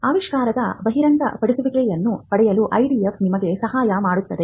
ಆವಿಷ್ಕಾರದ ಬಹಿರಂಗಪಡಿಸುವಿಕೆಯನ್ನು ಪಡೆಯಲು IDF ನಿಮಗೆ ಸಹಾಯ ಮಾಡುತ್ತದೆ